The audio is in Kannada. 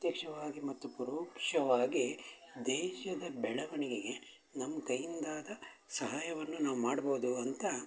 ಪ್ರತ್ಯಕ್ಷವಾಗಿ ಮತ್ತು ಪರೋಕ್ಷವಾಗಿ ದೇಶದ ಬೆಳವಣಿಗೆಗೆ ನಮ್ಮ ಕೈಯಿಂದಾದ ಸಹಾಯವನ್ನು ನಾವು ಮಾಡ್ಬೋದು ಅಂತ